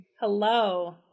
Hello